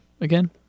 again